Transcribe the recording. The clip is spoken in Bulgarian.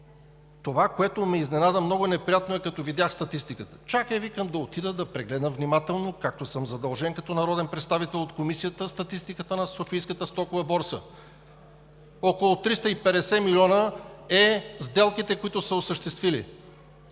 това, което ме изненада много неприятно, е, като видях статистиката. Казах си, да отида, да прегледам внимателно, както съм задължен като народен представител от Комисията – статистиката на Софийската стокова борса. За около 350 милиона са сделките, които е осъществила